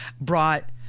brought